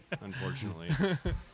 unfortunately